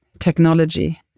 technology